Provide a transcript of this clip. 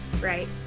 right